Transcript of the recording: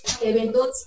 Eventos